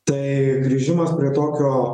tai grįžimas prie tokio